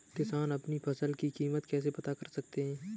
किसान अपनी फसल की कीमत कैसे पता कर सकते हैं?